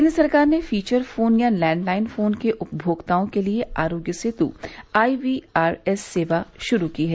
केन्द्र सरकार ने फीचर फोन या लैंडलाइन फोन उपभोक्ताओं के लिए आरोग्य सेतु आईवीआरएस सेवा शुरू की है